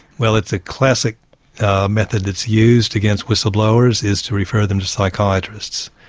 well it's a classic method that's used against whistleblowers, is to refer them to psychiatrists.